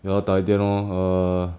we all 打点 lor err